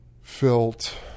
Felt